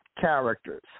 characters